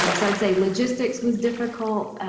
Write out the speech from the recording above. um so i'd say logistics was difficult,